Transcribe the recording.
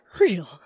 real